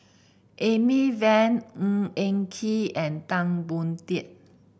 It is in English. Amy Van Ng Eng Kee and Tan Boon Teik